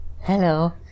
Hello